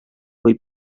kui